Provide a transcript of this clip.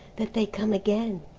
that they come again.